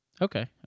Okay